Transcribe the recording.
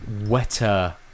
wetter